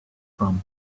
from